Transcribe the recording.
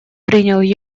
принял